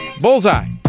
bullseye